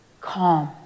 calm